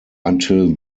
until